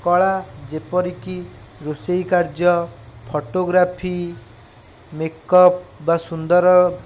କଳା ଯେପରିକି ରୋଷେଇ କାର୍ଯ୍ୟ ଫୋଟୋଗ୍ରାଫି ମେକପ୍ ବା ସୁନ୍ଦର